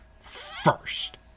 first